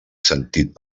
sentit